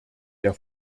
der